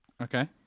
Okay